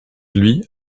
lui